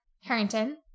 Harrington